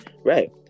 Right